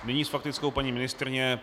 Nyní s faktickou paní ministryně.